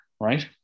right